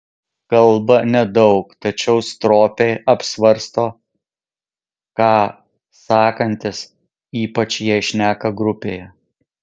kalba nedaug tačiau stropiai apsvarsto ką sakantis ypač jei šneka grupėje